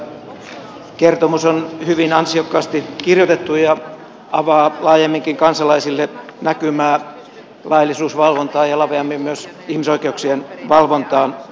totesimme että kertomus on hyvin ansiokkaasti kirjoitettu ja avaa laajemminkin kansalaisille näkymää laillisuusvalvontaan ja laveammin myös ihmisoikeuksien valvontaan suomessa